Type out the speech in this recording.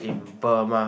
in Burma